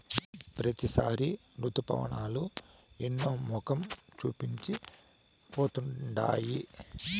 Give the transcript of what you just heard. ప్రతిసారి రుతుపవనాలు ఎన్నో మొఖం చూపించి పోతుండాయి